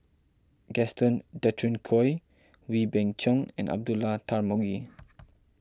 Gaston Dutronquoy Wee Beng Chong and Abdullah Tarmugi